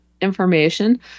information